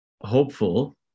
hopeful